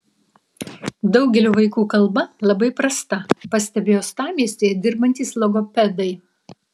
daugelio vaikų kalba labai prasta pastebi uostamiestyje dirbantys logopedai